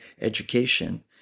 education